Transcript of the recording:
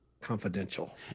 confidential